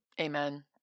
Amen